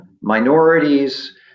minorities